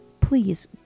please